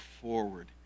forward